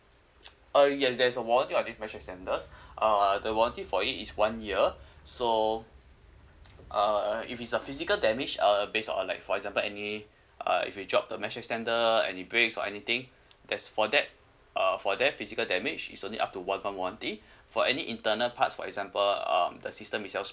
uh yes there's a warranty on these mesh extenders uh the warranty for it is one year so uh if it's a physical damage uh based on like for example any uh if you drop the mesh extender and it breaks or anything that's for that uh for that physical damage is only up to one month warranty for any internal parts for example um the system itself